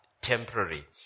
temporary